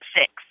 six